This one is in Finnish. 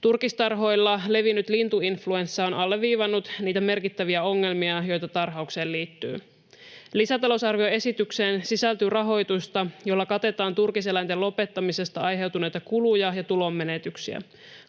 Turkistarhoilla levinnyt lintuinfluenssa on alleviivannut niitä merkittäviä ongelmia, joita tarhaukseen liittyy. Lisätalousarvioesitykseen sisältyy rahoitusta, jolla katetaan turkiseläinten lopettamisesta aiheutuneita kuluja ja tulonmenetyksiä.